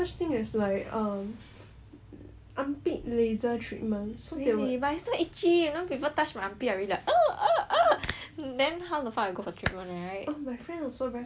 but I scare itchy you know people touch armpit I already like then how the fuck I go for treatment right